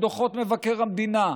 בדוחות מבקר המדינה,